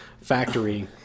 factory